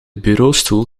bureaustoel